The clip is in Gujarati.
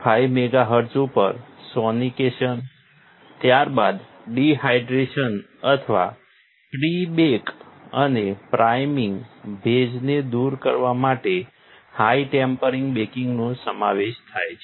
5 મેગાહર્ટ્ઝ ઉપર સોનિકેશન ત્યારબાદ ડિહાઇડ્રેશન અથવા પ્રીબેક અને પ્રાઇમિંગ ભેજને દૂર કરવા માટે હાઇ ટેમ્પરેચર બેકિંગનો સમાવેશ થાય છે